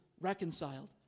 reconciled